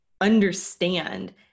understand